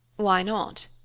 why not?